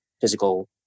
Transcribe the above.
physical